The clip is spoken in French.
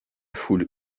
foule